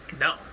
No